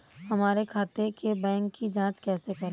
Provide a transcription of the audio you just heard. हमारे खाते के बैंक की जाँच कैसे करें?